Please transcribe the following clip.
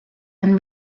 and